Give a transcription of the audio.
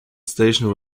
station